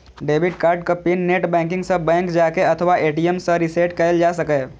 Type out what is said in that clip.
debit कार्डक PIN net banking सं, bank जाके अथवा ए.टी.एम सं रीसेट कैल जा सकैए